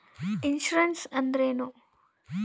Insurance ಅಂದ್ರೇನು?